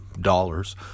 dollars